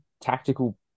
tactical